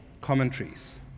commentaries